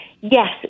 Yes